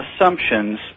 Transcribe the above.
assumptions